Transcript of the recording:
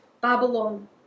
Babylon